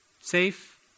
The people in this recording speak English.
safe